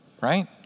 right